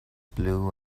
blue